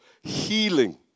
healing